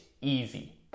Easy